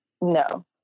No